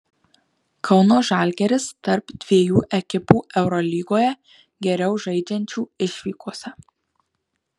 kauno žalgiris tarp dviejų ekipų eurolygoje geriau žaidžiančių išvykose